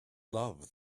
love